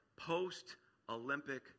post-Olympic